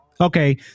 Okay